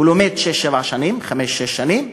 הוא לומד חמש-שש-שבע שנים,